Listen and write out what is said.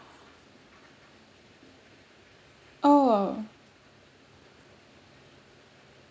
oh